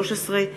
משה זלמן פייגלין,